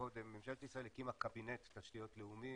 ממשלת ישראל הקימה קבינט תשתיות לאומי